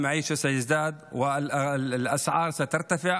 יוקר המחיה יוסיף לעלות והמחירים יעלו,